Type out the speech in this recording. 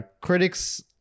Critics